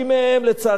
לצערנו הרב,